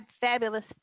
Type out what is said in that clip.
fabulous